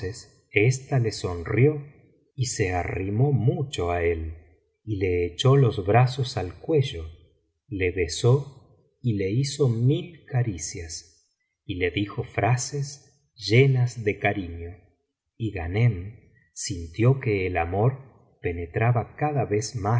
ésta le sonrió y se arrimó mucho á él y le echó los brazos al cuello le besó y le hizo mil caricias y le dijo frases llenas de carino y ghanem sintió que el amor penetraba cada vez